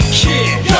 kid